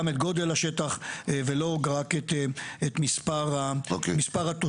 את גודל השטח ולא רק את מספר התושבים.